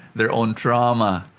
their own trauma.